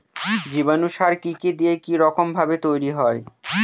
জীবাণু সার কি কি দিয়ে কি রকম ভাবে তৈরি হয়?